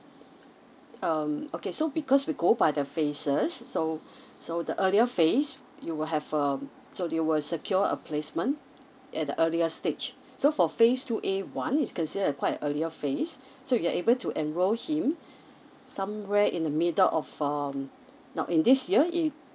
um okay so because we go by the phases so so the earlier phase you will have um so they will secure a placement at the earlier stage so for phase two A one is considered quite an earlier phase so you're able to enroll him somewhere in the middle of um now in this year if